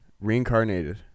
Reincarnated